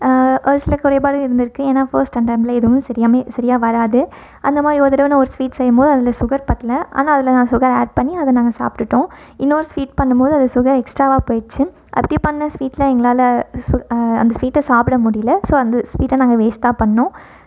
ஒரு சில குறைபாடு இருந்துருக்குது ஏன்னா ஃபர்ஸ்ட் அந்த டைமில் எதுவும் சரியாமே சரியாக வராது அந்த மாதிரி ஒரு தடவை நான் ஒரு ஸ்வீட் செய்யும்போது அதில் சுகர் பத்தலை ஆனால் அதில் நான் சுகர் ஆட் பண்ணி அதை நாங்கள் சாப்பிட்டுட்டோம் இன்னோரு ஸ்வீட் பண்ணும்போது அது சுகர் எக்ஸ்டாவாக போயிடுச்சு அப்படி பண்ண ஸ்வீட்ட எங்களால் சு அந்த ஸ்வீட்டை சாப்பிட முடியல ஸோ வந்து ஸ்வீட்டை நாங்கள் வேஸ்ட் தான் பண்ணோம்